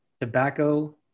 tobacco